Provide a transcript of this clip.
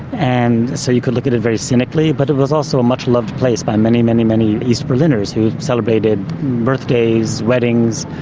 and so you could look at it very cynically, but it was also a much loved place by many, many, many east berliners, who celebrated birthdays, weddings,